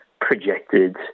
projected